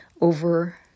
over